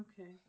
okay